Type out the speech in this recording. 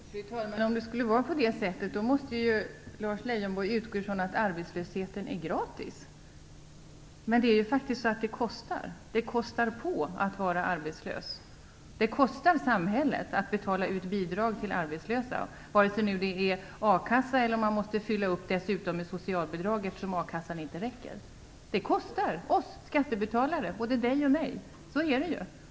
Fru talman! Om det skulle vara på det sättet måste Lars Leijonborg utgå från att arbetslösheten är gratis. Men det kostar på att vara arbetslös. Det kostar samhället att betala ut bidrag till arbetslösa vare sig det gäller a-kassa eller det gäller att dessutom fylla upp med socialbidrag, eftersom a-kassan inte räcker. Detta kostar. Det kostar oss skattebetalare, både dig och mig.